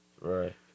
Right